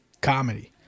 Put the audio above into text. comedy